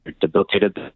debilitated